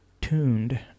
tuned